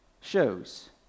shows